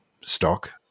stock